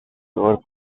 sure